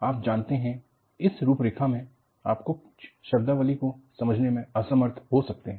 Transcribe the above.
आप जानते हैं इस रूपरेखा में आप कुछ शब्दावली को समझने में असमर्थ हो सकते हैं